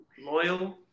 Loyal